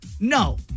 No